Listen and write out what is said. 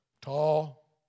Tall